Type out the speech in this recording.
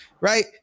right